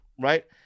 right